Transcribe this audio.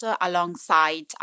alongside